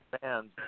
fans